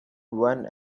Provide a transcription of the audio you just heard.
one